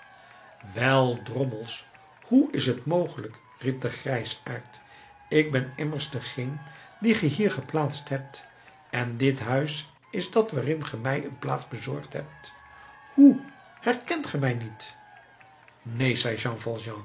wel drommels hoe is t mogelijk riep de grijsaard ik ben immers degeen dien ge hier geplaatst hebt en dit huis is dat waarin ge mij een plaats bezorgd hebt hoe herkent ge mij niet neen zei